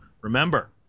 Remember